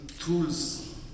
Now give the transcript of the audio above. tools